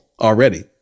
already